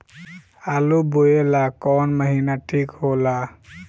आलू बोए ला कवन महीना ठीक हो ला?